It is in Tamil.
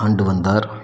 ஆண்டு வந்தார்